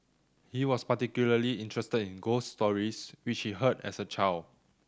he was particularly interested in ghost stories which he heard as a child